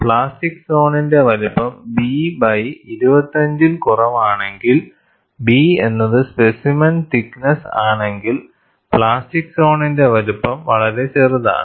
plastic സോണിന്റെ വലുപ്പം B by 25 ൽ കുറവാണെങ്കിൽ B എന്നത് സ്പെസിമെൻ തിക്ക് നെസ്സ് ആണെങ്കിൽ പ്ലാസ്റ്റിക് സോണിന്റെ വലുപ്പം വളരെ ചെറുതാണ്